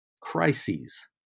crises